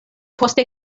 poste